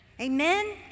Amen